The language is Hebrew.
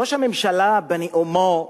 ראש הממשלה בנאומו,